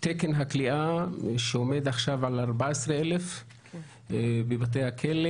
תקן הכליאה שעומד עכשיו על 14,000 בבתי הכלא.